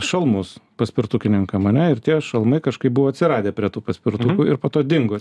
šalmus paspirtukininkam ane ir tie šalmai kažkaip buvo atsiradę prie tų paspirtukų ir po to dingo